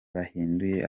bahinduye